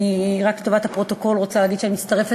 אני רק לטובת הפרוטוקול רוצה להגיד שאני מצטרפת